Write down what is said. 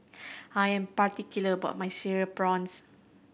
I am particular about my Cereal Prawns